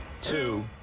two